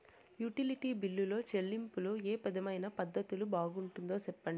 Utility బిల్లులో చెల్లింపులో ఏ విధమైన పద్దతి బాగుంటుందో సెప్పండి?